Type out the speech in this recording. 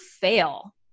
fail